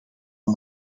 een